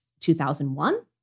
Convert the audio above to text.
2001